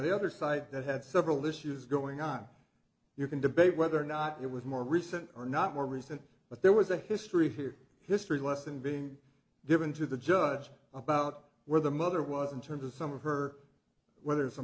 had other side that had several issues going on you can debate whether or not it was more recent or not more recent but there was a history here history lesson being given to the judge about where the mother was in terms of some of her whether it's